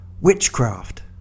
Witchcraft